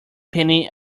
penny